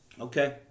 Okay